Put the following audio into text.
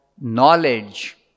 knowledge